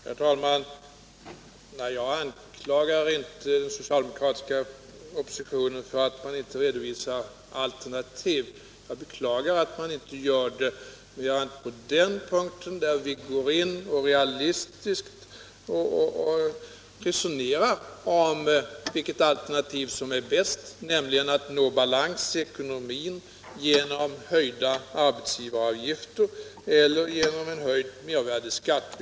Herr talman! Jag anklagar inte den socialdemokratiska oppositionen för att den inte redovisar alternativ. Men jag beklagar att den inte gör det, så att vi realistiskt kunde resonera om vilket alternativ som är bäst. Skall vi nå balans i ekonomin genom höjda arbetsgivaravgifter eller genom en höjd mervärdeskatt?